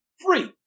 Free